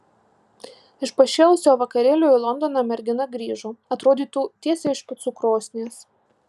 iš pašėlusio vakarėlio į londoną mergina grįžo atrodytų tiesiai iš picų krosnies